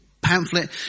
Pamphlet